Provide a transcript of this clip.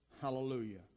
Hallelujah